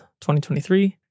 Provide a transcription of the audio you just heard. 2023